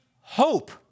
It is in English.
hope